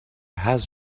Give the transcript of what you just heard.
has